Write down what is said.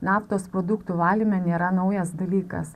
naftos produktų valyme nėra naujas dalykas